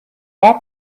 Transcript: and